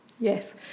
Yes